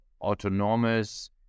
autonomous